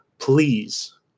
please